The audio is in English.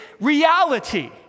reality